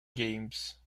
games